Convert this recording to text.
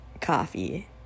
coffee